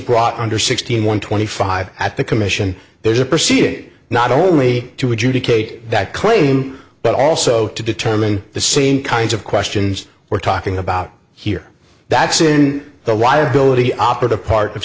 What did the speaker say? brought under sixteen one twenty five at the commission there's a proceeding not only to adjudicate that claim but also to determine the same kinds of questions we're talking about here that's in the liability operative part of